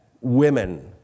women